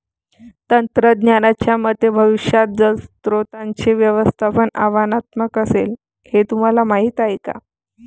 तज्ज्ञांच्या मते भविष्यात जलस्रोतांचे व्यवस्थापन आव्हानात्मक असेल, हे तुम्हाला माहीत आहे का?